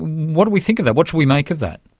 what do we think of that? what should we make of that?